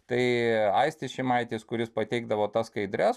tai aistis šimaitis kuris pateikdavo tas skaidres